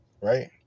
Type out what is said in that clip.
right